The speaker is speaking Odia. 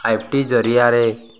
ଫାଇଭ୍ ଟି ଜରିଆରେ